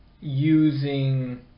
using